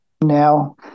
now